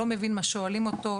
לא מבין מה שואלים אותו,